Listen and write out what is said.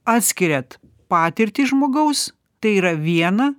atskiriat patirtį žmogaus tai yra viena